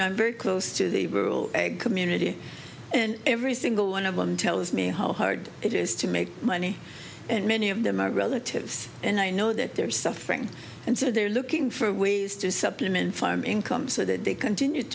know i'm very close to the egg community and every single one of them tells me how hard it is to make money and many of them are relatives and i know that they're suffering and so they're looking for ways just supplement farm income so that they continue